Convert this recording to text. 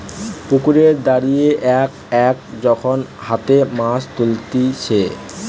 পুকুরে দাঁড়িয়ে এক এক যখন হাতে মাছ তুলতিছে